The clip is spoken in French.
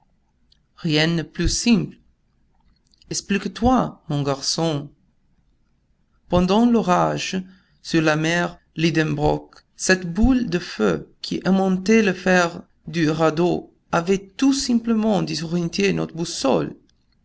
rien de plus simple explique-toi mon garçon pendant l'orage sur la mer lidenbrock cette boule de feu qui aimantait le fer du radeau avait tout simplement désorienté notre boussole